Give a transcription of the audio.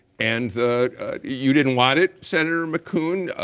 and you didn't want it. senator mckuhn,